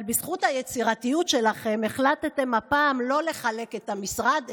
אבל בזכות היצירתיות שלכם החלטתם הפעם לא לחלק את המשרד,